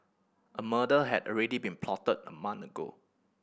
a murder had already been plotted a month ago